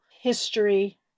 history